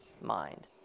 mind